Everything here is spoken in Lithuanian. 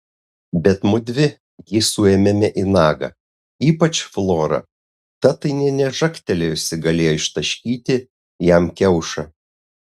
bet mudvi jį suėmėme į nagą ypač flora ta tai nė nežagtelėjusi galėjo ištaškyti jam kiaušą